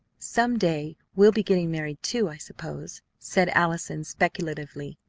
some day we'll be getting married, too, i suppose, said allison speculatively.